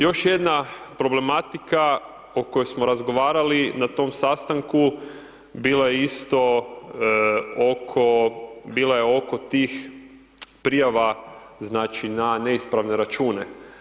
Još jedna problematika o kojoj smo razgovarali na tom sastanku bila je isto oko, bila je oko tih prijava znači na neispravne račune.